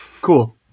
Cool